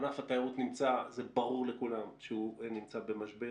ענף התיירות זה ברור לכולם נמצא במשבר.